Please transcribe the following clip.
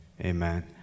Amen